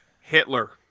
Hitler